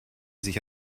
sich